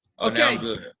Okay